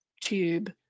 tube